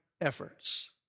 efforts